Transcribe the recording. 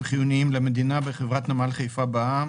חיוניים למדינה בחברת נמל חיפה בע"מ),